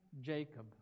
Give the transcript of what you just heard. Jacob